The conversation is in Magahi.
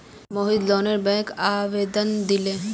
मोहित लोनेर बैंकत आवेदन दिले